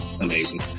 amazing